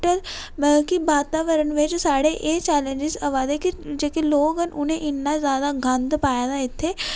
ते बल्कि वातावरण बिच साढ़े एह् चैलेंजस आबा दे की जेह्के लोक न उनै जैदा गंद पाए दा इत्थे ते